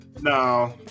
No